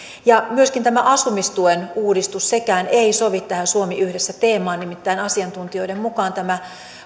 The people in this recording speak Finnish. myöskään tämä asumistuen uudistus ei sekään sovi tähän suomi yhdessä teemaan nimittäin asiantuntijoiden mukaan tämä